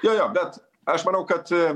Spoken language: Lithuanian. jo jo bet aš manau kad